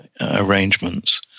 arrangements